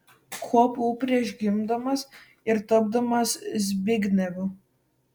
kuo buvau prieš gimdamas ir tapdamas zbignevu